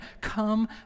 Come